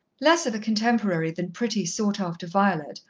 less of a contemporary than pretty, sought-after violet,